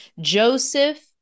Joseph